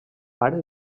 pare